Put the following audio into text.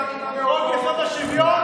בוא נראה איך תצביעו,